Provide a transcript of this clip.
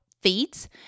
feeds